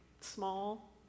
small